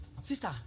Sister